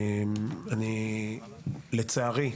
לצערי,